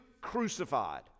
crucified